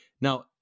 Now